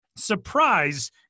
surprise